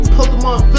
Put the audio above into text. Pokemon